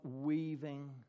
weaving